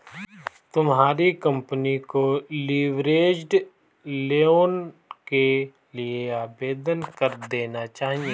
तुम्हारी कंपनी को leveraged loan के लिए आवेदन कर देना चाहिए